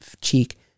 cheek